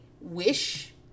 wish